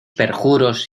perjuros